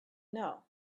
know